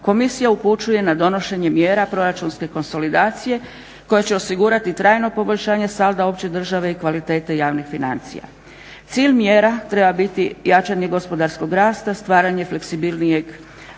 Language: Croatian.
Komisija upućuje na donošenje mjera proračunske konsolidacije koja će osigurati trajno poboljšanje salda opće države i kvalitete javnih financija. Cilj mjera treba biti jačanje gospodarskog rasta, stvaranje fleksibilnijeg